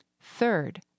Third